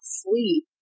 sleep